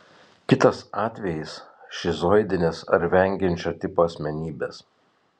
kitas atvejis šizoidinės ar vengiančio tipo asmenybės